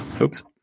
oops